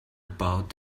about